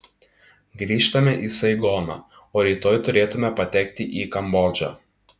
grįžtame į saigoną o rytoj turėtume patekti į kambodžą